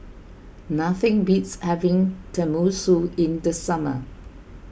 nothing beats having Tenmusu in the summer